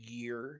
year